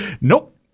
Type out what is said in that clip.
nope